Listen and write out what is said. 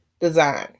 design